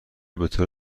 بطور